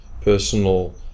personal